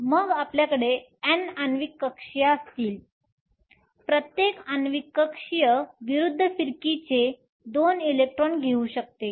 मग आपल्याकडे N आण्विक कक्षीय असतील प्रत्येक आण्विक कक्षीय विरुद्ध फिरकीचे 2 इलेक्ट्रॉन घेऊ शकतात